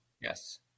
Yes